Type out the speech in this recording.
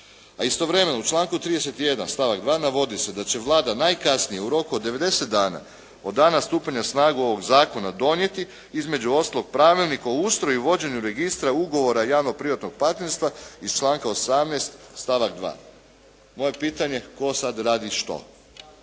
a istovremeno u članku 31. stavak 2. navodi se da će Vlada najkasnije u roku od 90 dana od dana stupanja na snagu ovog zakona donijeti između ostalog Pravilnik o ustroju i vođenju registra, ugovora i javno-privatnog partnerstva iz članka 18. stavak 2. Moje je pitanje, tko sad radi što?